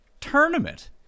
tournament